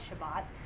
Shabbat